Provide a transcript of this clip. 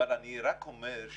אבל אני רק אומר שמה